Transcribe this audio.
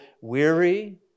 weary